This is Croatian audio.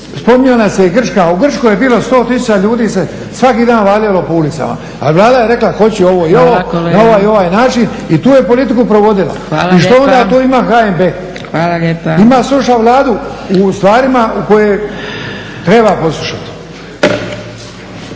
Spominjala se Grčka, u Grčkoj je bilo 100 tisuća ljudi se svaki dan valjalo po ulicama, ali Vlada je rekla hoću ovo i ovo na ovaj i ovaj način i tu je politiku provodila. I što onda to ima HNB? Ima slušat Vladu u stvarima u kojima treba poslušati.